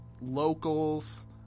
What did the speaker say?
Locals